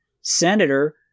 senator